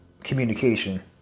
communication